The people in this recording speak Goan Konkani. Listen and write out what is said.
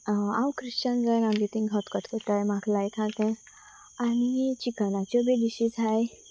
हांव ख्रिश्चन जावन आमच्या थंय खतखतें करतात म्हाका लायक आसा तें आनी चिकनाच्यो बी डिशीज आसात